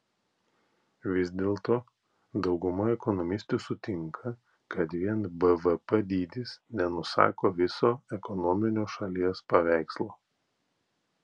vis dėlto dauguma ekonomistų sutinka kad vien bvp dydis nenusako viso ekonominio šalies paveikslo